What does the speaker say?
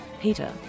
Peter